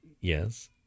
Yes